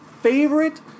favorite